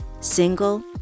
single